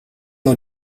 nur